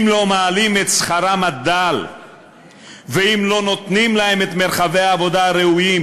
אם לא מעלים את שכרם הדל ואם לא נותנים להם את מרחבי העבודה הראויים,